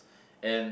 and